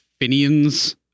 Finian's